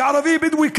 כערבי בדואי,